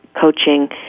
coaching